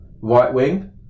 right-wing